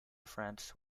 france